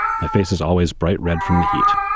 my face is always bright red from the heat.